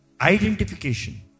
Identification